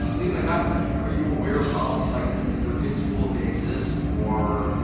um leave in the comments section, are you aware of policies like this at your kid's school? if they exist or,